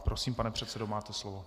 Prosím, pane předsedo, máte slovo.